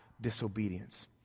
disobedience